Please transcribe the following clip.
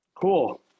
Cool